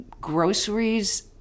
groceries